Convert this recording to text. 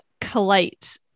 collate